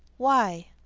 why?